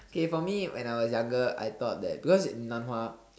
okay for me when I was younger I thought that because in Nan-Hua